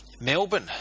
Melbourne